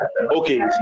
Okay